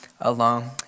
alone